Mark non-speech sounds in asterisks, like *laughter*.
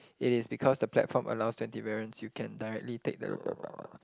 it is because the platform allows twenty variance you can directly take the *noise*